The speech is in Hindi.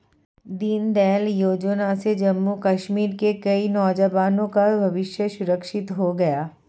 दीनदयाल योजना से जम्मू कश्मीर के कई नौजवान का भविष्य सुरक्षित हो गया